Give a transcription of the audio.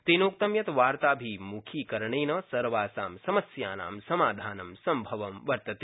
तेनोक्तं यत् वार्ताभिमुखीकरणेन सर्वासां समस्यानां समाधानं संभवं वर्तते